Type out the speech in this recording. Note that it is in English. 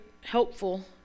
helpful